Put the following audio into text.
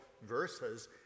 verses